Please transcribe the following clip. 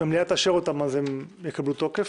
אם המליאה תאשר אותן אז הן יקבלו תוקף,